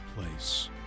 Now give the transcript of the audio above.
place